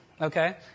Okay